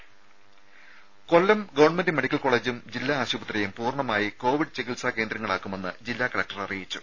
രുമ Kollam government medical കോളേജും ജില്ലാ ആശുപത്രിയും പൂർണ്ണമായി കോവിഡ് ചികിത്സാ കേന്ദ്രങ്ങളാക്കുമെന്ന് ജില്ലാ കലക്ടർ അറിയിച്ചു